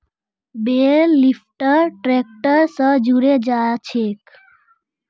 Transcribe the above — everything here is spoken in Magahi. बेल लिफ्टर ट्रैक्टर स जुड़े जाछेक